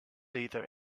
either